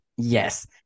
Yes